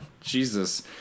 jesus